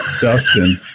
Dustin